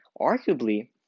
arguably